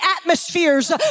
atmospheres